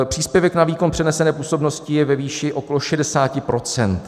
Příspěvek na výkon přenesené působnosti je ve výši okolo 60 %.